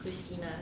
christina